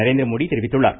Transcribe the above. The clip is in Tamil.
நரேந்திரமோடி தெரிவித்துள்ளார்